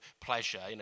pleasure